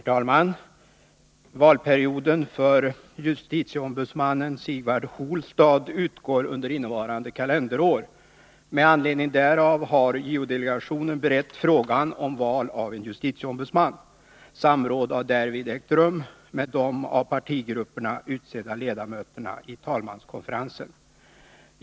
Herr talman! Valperioden för justitieombudsmannen Sigvard Holstad utgår under innevarande kalenderår. Med anledning härav har JO delegationen berett frågan om val av en justitieombudsman. Samråd har därvid ägt rum med de av partigrupperna utsedda ledamöterna i talmanskonferensen.